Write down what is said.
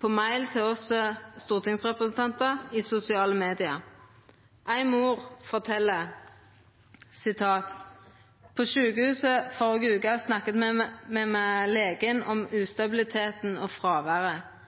som e-post til oss stortingsrepresentantar og i sosiale medium. Ei mor fortel at dei på sjukehuset i førre veka snakka med legen om ustabiliteten og